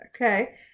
Okay